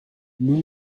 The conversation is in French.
nous